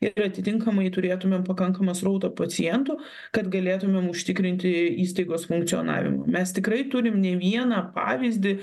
ir atitinkamai turėtumėm pakankamą srautą pacientų kad galėtumėm užtikrinti įstaigos funkcionavimą mes tikrai turim ne vieną pavyzdį